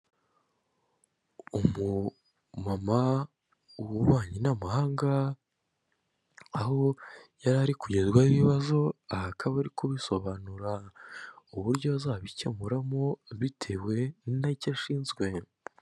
Umumama w'ububanyi n'amahanga aho yarari kugezwaho ibibazo, aha akaba ari kubisobanura uburyo azabikemuramo bitewe n'icyo ashinzwe.